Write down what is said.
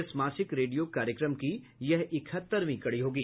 इस मासिक रेडियो कार्यक्रम की यह इकहत्तरवीं कड़ी होगी